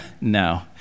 no